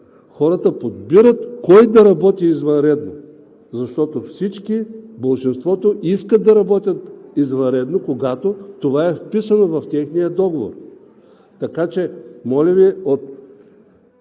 хората подбират кой да работи извънредно, защото болшинството искат да работят извънредно, когато това е вписано в техния договор! Така че, моля Ви, от